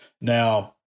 Now